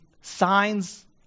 signs